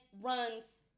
runs